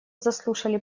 заслушали